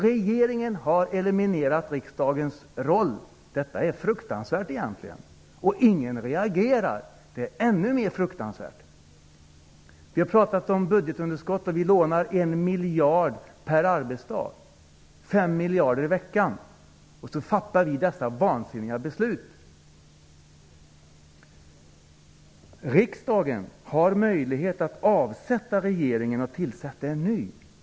Regeringen har eliminerat riksdagens roll. Det är egentligen fruktansvärt. Ingen reagerar, vilket är ännu mer fruktansvärt. Vi har talat om budgetunderskottet. Vi lånar en miljard per arbetsdag -- fem miljarder i veckan. Ändå fattar vi sådana här vansinniga beslut. Riksdagen har möjlighet att avsätta regeringen och tillsätta en ny.